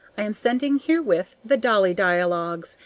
i am sending herewith the dolly dialogues,